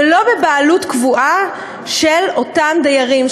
ולא בבעלות קבועה של אותם דיירים,